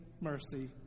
mercy